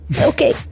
okay